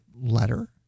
letter